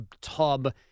tub